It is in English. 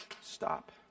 stop